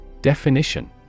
Definition